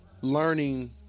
learning